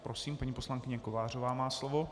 Prosím, paní poslankyně Kovářová má slovo.